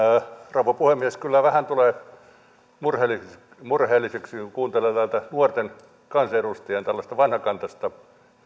rouva puhemies kyllä vähän tulee murheelliseksi kun kuuntelee tällaista nuorten kansanedustajien vanhakantaista